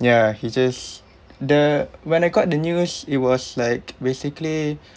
ya he just the when I got the news it was like basically